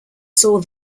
saw